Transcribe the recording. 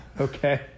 Okay